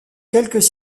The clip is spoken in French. quelques